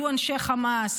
היו אנשי חמאס,